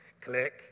Click